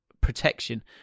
protection